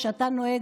כשאתה נוהג,